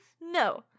No